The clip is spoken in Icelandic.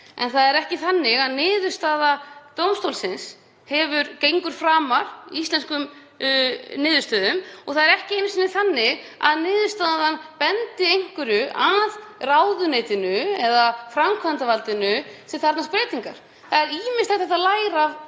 En það er ekki þannig að niðurstaða dómstólsins gangi framar íslenskum niðurstöðum og það er ekki einu sinni þannig að niðurstaðan beini einhverju að ráðuneytinu eða framkvæmdarvaldinu sem þarfnast breytingar. Það er ýmislegt hægt að læra